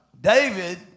David